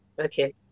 Okay